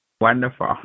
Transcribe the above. Wonderful